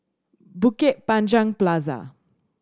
Bukit Panjang Plaza